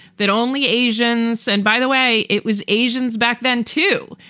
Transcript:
that only asians and by the way, it was asians back then, too.